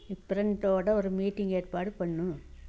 ஃப்ரெண்டோட ஒரு மீட்டிங் ஏற்பாடு பண்ணு